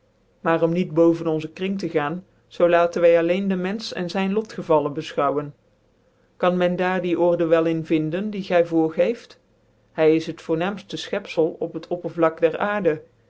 maar om niet boven onze kring tc gaan zoo laatcn wy alleen den menfeh cn zyn lotgevallen befchoawen kan men daar die order wel in vinden die gy voorgeeft hy is het voornaamfic fchepfcl op het oppervlak der aarde